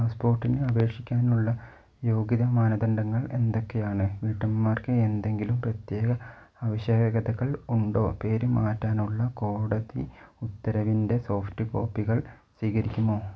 പാസ്സ്പോർട്ടിന് അപേക്ഷിക്കാനുള്ള യോഗ്യതാ മാനദണ്ഡങ്ങൾ എന്തൊക്കെയാണ് വീട്ടമ്മമാർക്ക് എന്തെങ്കിലും പ്രത്യേക ആവശ്യകതകൾ ഉണ്ടോ പേര് മാറ്റാനുള്ള കോടതി ഉത്തരവിൻ്റെ സോഫ്റ്റ് കോപ്പികൾ സ്വീകരിക്കുമോ